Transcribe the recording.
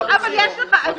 דרך אגב,